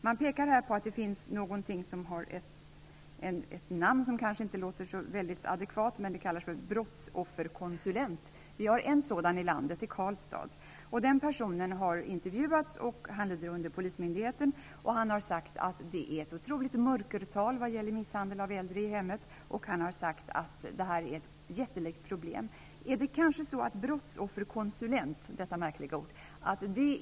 De påpekas här att det kunde finnas -- ett namn som kanske inte låter så väldigt adekvat i sammanhanget -- en brottsofferkonsulent. Vi har en sådan i landet, i Karlstad. Den personen har intervjuats -- han lyder under polismyndigheten -- och han har sagt att det är ett otroligt stort mörkertal vad gäller misshandel av äldre i hemmet. Han har sagt att det här är ett jättelikt problem. Är det kanske så att brottsofferkonsulenter -- vilket märkligt ord!